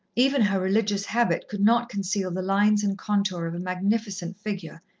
even her religious habit could not conceal the lines and contour of a magnificent figure,